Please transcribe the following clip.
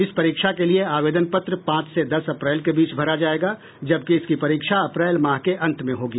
इस परीक्षा के लिये आवेदन पत्र पांच से दस अप्रैल के बीच भरा जायेगा जबकि इसकी परीक्षा अप्रैल माह के अंत में होगी